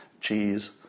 Cheese